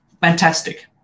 Fantastic